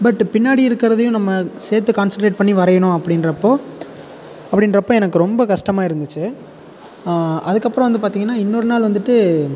பட்டு பின்னாடி இருக்கிறதையும் நம்ம சேர்த்து கான்சன்ட்ரேட் பண்ணி வரையணும் அப்படின்றப்போ அப்படின்றப்போ எனக்கு ரொம்ப கஷ்டமா இருந்துச்சு அதுக்கப்புறம் வந்து பார்த்திங்கன்னா இன்னொரு நாள் வந்துட்டு